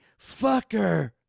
fucker